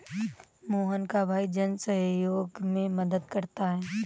मोहन का भाई जन सहयोग में मदद करता है